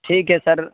ٹھیک ہے سر